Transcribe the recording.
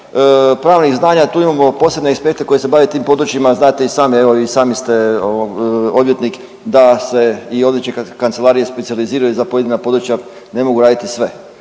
pravnih znanja, tu imamo posebne i spektre koji se bave tim područjima. Znate i sami evo i sami ste odvjetnik da se i određene kancelarije specijaliziraju za pojedina područja ne mogu raditi sve,